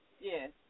Yes